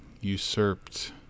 usurped